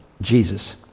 Jesus